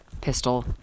Pistol